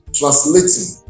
translating